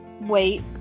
wait